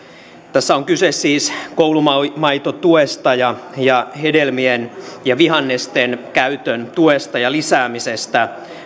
tässä on kyse siis koulumaitotuesta ja ja hedelmien ja vihannesten käytön tuesta ja lisäämisestä